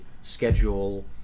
schedule